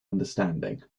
understanding